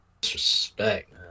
disrespect